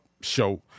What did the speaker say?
show